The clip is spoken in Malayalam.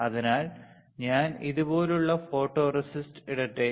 അതിനാൽ ഞാൻ ഇതുപോലുള്ള ഫോട്ടോറെസിസ്റ്റ് ഇടട്ടെ